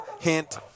Hint